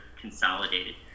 consolidated